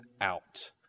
out